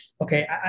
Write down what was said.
okay